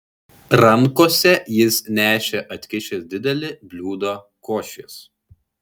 rankose jis nešė atkišęs didelį bliūdą košės